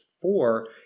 four